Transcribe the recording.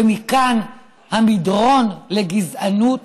ומכאן המדרון לגזענות